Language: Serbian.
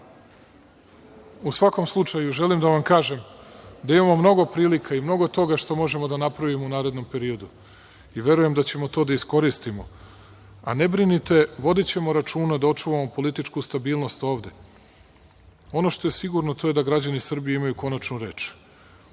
svakom slučaju, želim da vam kažem, da imamo mnogo prilika i mnogo toga što možemo da napravimo u narednom periodu i verujem da ćemo to da iskoristimo. Ne brinite, vodićemo računa da očuvamo političku stabilnost ovde. Ono što je sigurno da građani Srbije imaju konačnu reč.